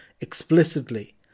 explicitly